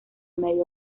medio